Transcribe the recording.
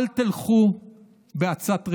אל תלכו בעצת רשעים,